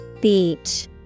Beach